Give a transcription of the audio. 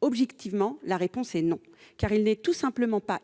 Objectivement, la réponse est non, car il n'est tout simplement pas